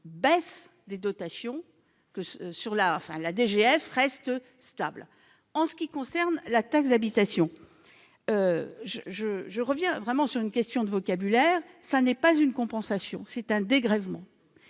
baisse des dotations. La DGF reste stable. En ce qui concerne la taxe d'habitation, je souhaite revenir sur une question de vocabulaire : ce n'est pas une compensation, mais c'est un dégrèvement.